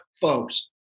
folks